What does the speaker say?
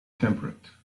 temperate